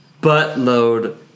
buttload